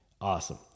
Awesome